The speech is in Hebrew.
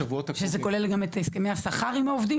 שזה כולל גם את הסכמי השכר עם העובדים?